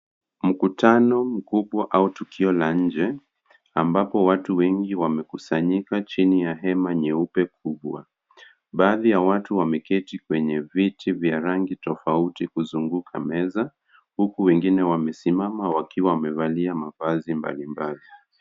Mkutano mkubwa au tukio la nje ambapo watu wengi wamekusanyika chini ya hema nyeupe kubwa. Baadhi ya watu wameketi kwenye viti vya rangi tofauti kuzunguka meza, huku wengine wamesimama wakiwa wamevalia mavazi mbalimbali.